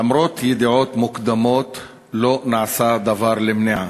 למרות ידיעות מוקדמות, לא נעשה דבר למניעה.